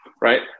right